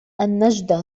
النجدة